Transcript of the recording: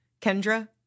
Kendra